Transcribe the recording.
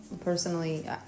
personally